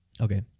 Okay